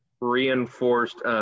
reinforced